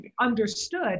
understood